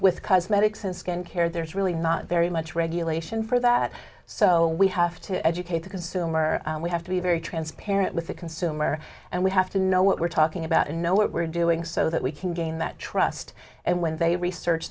with cosmetics and skin care there is really not very much regulation for that so we have to educate the consumer we have to be very transparent with the consumer and we have to know what we're talking about and know what we're doing so that we can gain that trust and when they research